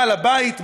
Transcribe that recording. בעל הבית,